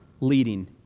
leading